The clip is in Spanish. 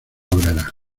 obreras